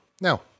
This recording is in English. Now